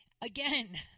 Again